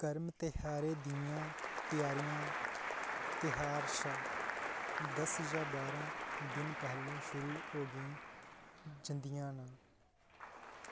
करम धेहारे दियां त्यारियां धेहार शा दस जां बारां दिन पैह्लें शुरू होगी जंदियां न